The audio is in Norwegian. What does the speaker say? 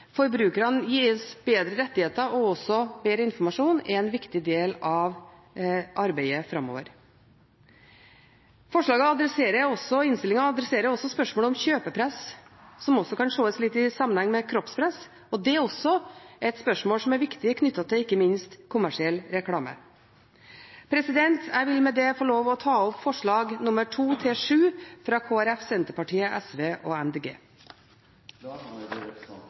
forbrukerne gis bedre rettigheter og også bedre informasjon, er en viktig del av arbeidet framover. Innstillingen adresserer også spørsmålet om kjøpepress, som kan ses litt i sammenheng med kroppspress, og det er et spørsmål som er viktig ikke minst knyttet til kommersiell reklame. Jeg vil med det få lov til å ta opp forslagene nr. 2–7, fra Kristelig Folkeparti, Senterpartiet, Sosialistisk Venstreparti og Miljøpartiet De Grønne. Representanten Marit Arnstad har tatt opp de forslagene hun refererte til. Jeg og Arbeiderpartiet har